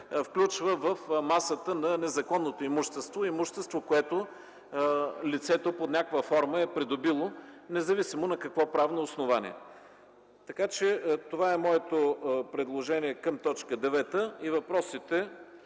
включва в масата на незаконното имущество – имущество, което лицето под някаква форма е придобило, независимо на какво правно основание. Това е моето предложение към т. 9 и въпросите